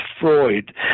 Freud